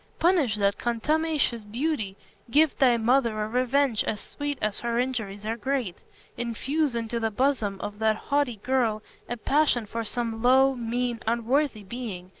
punish that contumacious beauty give thy mother a revenge as sweet as her injuries are great infuse into the bosom of that haughty girl a passion for some low, mean, unworthy being,